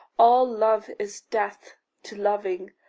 all love is death to loving,